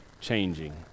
changing